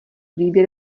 výběr